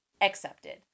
accepted